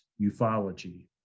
ufology